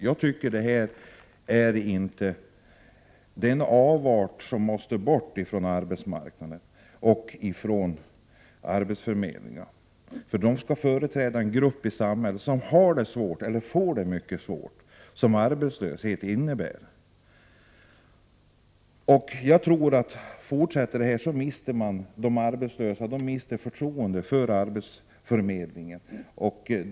Jag tycker att det här är en avart, som måste bort från arbetsmarknaden och arbetsförmedlingarna. De senare skall tillhandagå en grupp i samhället som genom sin arbetslöshet har det mycket svårt. Fortsätter det här, mister de arbetslösa förtroendet för arbetsförmedlingen.